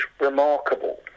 remarkable